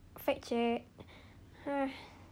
fact check